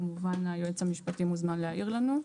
כמובן היועץ המשפטי מוזמן להעיר לנו.